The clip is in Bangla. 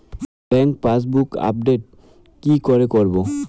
ব্যাংক পাসবুক আপডেট কি করে করবো?